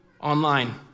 online